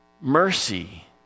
mercy